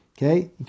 Okay